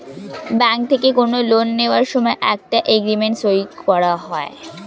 bank থেকে কোনো loan নেওয়ার সময় একটা এগ্রিমেন্ট সই করা হয়